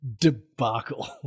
debacle